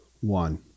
One